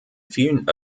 vielen